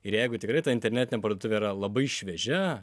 ir jeigu tikrai ta internetinė parduotuvė yra labai šviežia